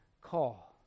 call